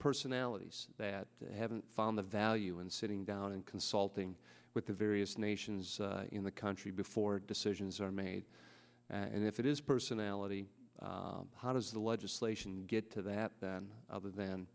personalities that haven't found the value in sitting down and consulting with the various nations in the country before decisions are made and if it is personality how does the legislation get to that then other than